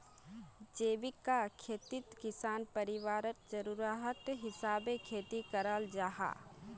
जीविका खेतित किसान परिवारर ज़रूराटर हिसाबे खेती कराल जाहा